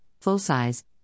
full-size